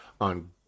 on